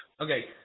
Okay